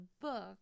book